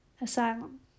asylum